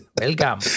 Welcome